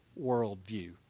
worldview